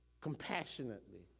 compassionately